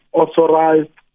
authorized